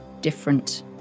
different